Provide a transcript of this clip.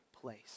place